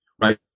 right